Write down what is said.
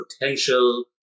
potential